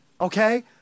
okay